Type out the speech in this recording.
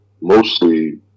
mostly